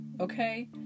okay